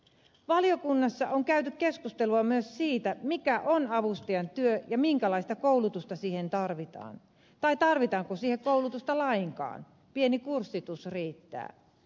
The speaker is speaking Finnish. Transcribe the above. valiokunnassa on käyty keskustelua myös siitä mikä on avustajan työ ja minkälaista koulutusta siihen tarvitaan tai tarvitaanko siihen koulutusta lainkaan pieni kurssitus riittää